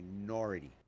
minority